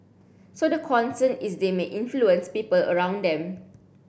so the concern is they may influence people around them